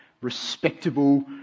respectable